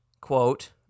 quote